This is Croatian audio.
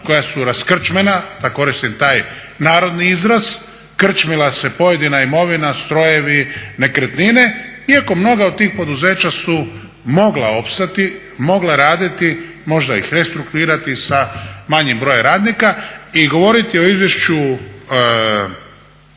koja su raskrčmena da koristim taj narodni izraz. Krčmila se pojedina imovina, strojevi, nekretnine iako mnoga od tih poduzeća su mogla opstati, mogla raditi, možda ih restruktuirati sa manjim brojem radnika. I govoriti o izvješću